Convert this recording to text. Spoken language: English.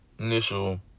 initial